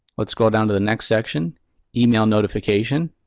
let's scroll down to the next section email notification.